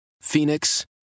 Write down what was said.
Phoenix